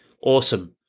Awesome